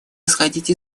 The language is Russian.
исходить